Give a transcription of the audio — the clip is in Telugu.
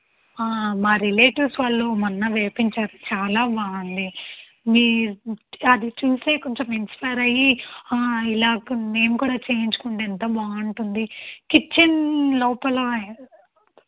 మా రిలేటివ్స్ వాళ్ళు మొన్న వేయించారు చాలా బాగుంది మీ అది చూసి కొంచం ఇన్స్పైర్ అయ్యి ఇలా మేము కూడా చేయించుకుంటే ఎంత బాగుంటుంది కిచ్చెన్ లోపల